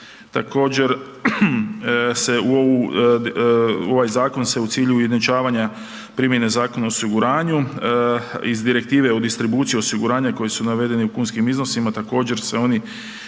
također, se u ovaj zakon se u cilju ujednačavanja primjene Zakona o osiguranju iz direktive u distribuciju osiguranja koji su navedeni u kunskim iznosima, također se oni